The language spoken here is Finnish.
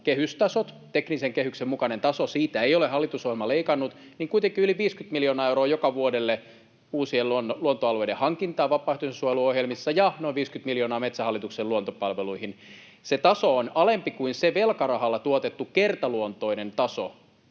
kehystasot, teknisen kehyksen mukainen taso, josta ei ole hallitusohjelma leikannut — kuitenkin yli 50 miljoonaa euroa joka vuodelle uusien luontoalueiden hankintaan vapaaehtoisen suojelun ohjelmissa ja noin 50 miljoonaa Metsähallituksen luontopalveluihin. Se taso on alempi kuin se velkarahalla tuotettu kertaluontoinen taso,